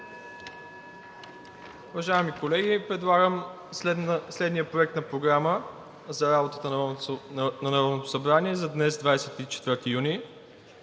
Уважаеми колеги, предлагам следния Проект на програма за работата на Народното събрание за днес, 24 юни.